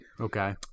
Okay